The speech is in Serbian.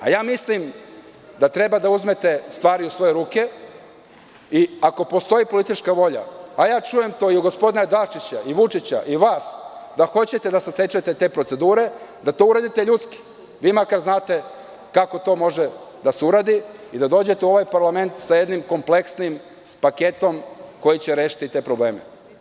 Mislim da treba da uzmete stvari u svoje ruke i ako postoji politička volja, a to čujem i od gospodina Dačića i Vučića, a i vas da hoćete da se sećate te procedure, da to uradite ljudski, vi makar znate kako to može da se uradi i da dođete u ovaj parlament sa jednim kompleksnim paketom koji će rešiti te probleme.